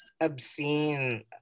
obscene